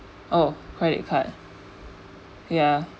oh credit card ya